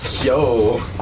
Yo